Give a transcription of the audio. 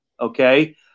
okay